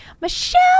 Michelle